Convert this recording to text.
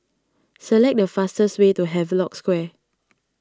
select the fastest way to Havelock Square